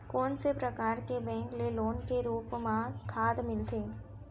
कोन से परकार के बैंक ले लोन के रूप मा खाद मिलथे?